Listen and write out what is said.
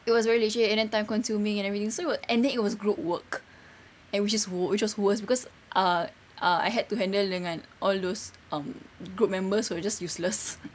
it was very leceh and then time consuming and everything so and then it was group work and which is wors~ which was worse cause uh uh I had to handle dengan all those um group members who are just useless